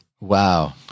Wow